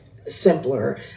simpler